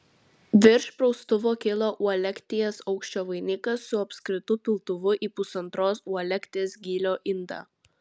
virš praustuvo kilo uolekties aukščio vainikas su apskritu piltuvu į pusantros uolekties gylio indą